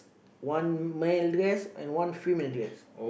one male dress and one female dress